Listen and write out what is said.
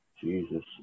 jesus